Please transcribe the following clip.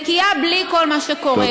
ונקייה, בלי כל מה שקורה כאן.